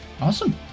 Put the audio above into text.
Awesome